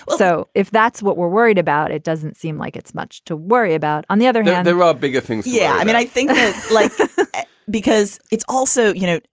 so if that's what we're worried about, it doesn't seem like it's much to worry about. on the other hand, there are ah bigger things yeah. i mean, i think like because it's also you know,